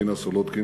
מרינה סולודקין,